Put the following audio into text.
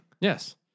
Yes